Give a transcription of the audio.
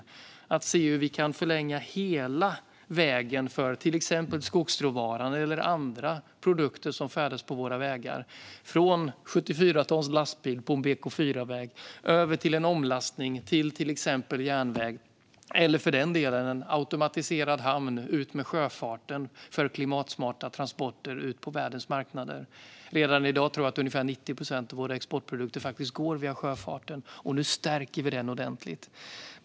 Vi tittar på hur vi kan förlänga hela vägen för till exempel skogsråvara eller andra produkter som färdas på våra vägar - från en 74-tons lastbil på en BK4-väg över till omlastning till exempelvis järnväg, eller för den delen en automatiserad hamn utmed sjöfarten för klimatsmarta transporter ut på världens marknader. Redan i dag tror jag att ungefär 90 procent av våra exportprodukter går via sjöfarten, och nu stärker vi den ordentligt.